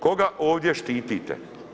Koga ovdje štitite?